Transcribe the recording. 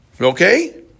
Okay